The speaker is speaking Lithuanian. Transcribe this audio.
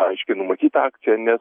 aiškiai numatyta akcija nes